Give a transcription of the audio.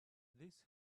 this